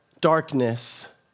darkness